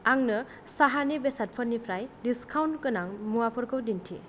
आंनो साहानि बेसादफोरनिफ्राय डिसकाउन्ट गोनां मुवाफोरखौ दिन्थि